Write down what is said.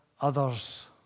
others